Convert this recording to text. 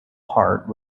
hart